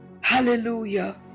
Hallelujah